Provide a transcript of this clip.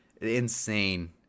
Insane